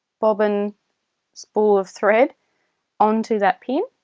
bobbin spool of thread onto that pin